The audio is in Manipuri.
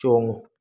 ꯆꯣꯡꯉꯨ